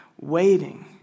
waiting